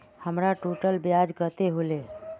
हमर टोटल ब्याज कते होले?